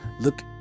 Look